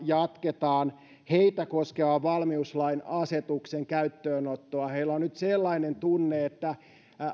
jatketaan heitä koskevaa valmiuslain asetuksen käyttöönottoa heillä on nyt sellainen tunne että